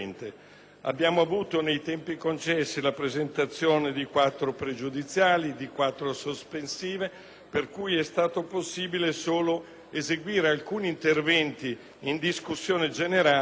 Abbiamo avuto, nei tempi concessi, la presentazione di quattro pregiudiziali e di quattro sospensive, per cui è stato possibile solo procedere ad alcuni interventi in discussione generale,